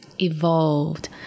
evolved